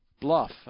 bluff